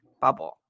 bubble